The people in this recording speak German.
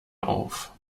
auf